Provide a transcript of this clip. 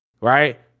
right